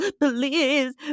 please